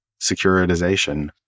securitization